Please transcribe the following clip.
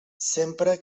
sempre